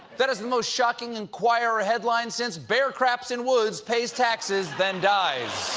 that is the most shocking enquirer headline since bear craps in woods, pays taxes, then dies.